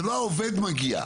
זה לא העובד מגיע.